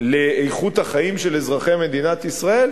לאיכות החיים של אזרחי מדינת ישראל?